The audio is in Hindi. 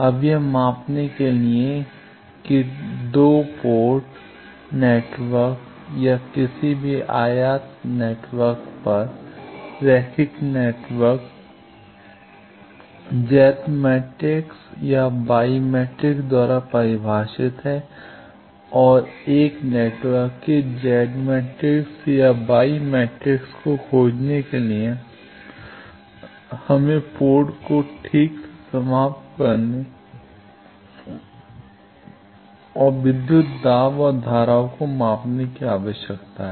अब यह मापने के लिए कि 2 पोर्ट नेटवर्क या किसी भी आयात नेटवर्क पर रैखिक नेटवर्क Z मैट्रिक्स या Y मैट्रिक्स द्वारा परिभाषित है और एक नेटवर्क के Z मैट्रिक्स या Y मैट्रिक्स को खोजने के लिए हमें पोर्ट को ठीक से समाप्त करने और विद्युत दाब और धाराओं को मापने की आवश्यकता है